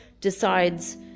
decides